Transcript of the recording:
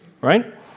right